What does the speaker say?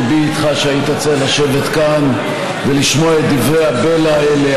ליבי איתך שהיית צריך לשבת כאן ולשמוע את דברי הבלע האלה,